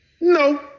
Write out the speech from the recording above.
No